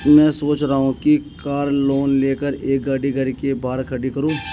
मैं सोच रहा हूँ कि कार लोन लेकर एक गाड़ी घर के बाहर खड़ी करूँ